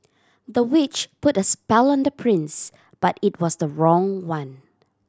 the witch put a spell on the prince but it was the wrong one